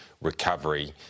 recovery